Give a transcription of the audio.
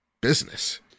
business